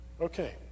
Okay